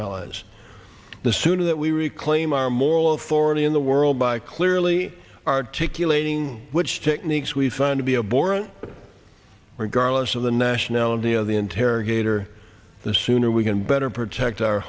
allies the sooner that we reclaim our moral authority in the world by clearly articulating which techniques we find to be a burra regardless of the nationality of the interrogator the sooner we can better protect our